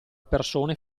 persone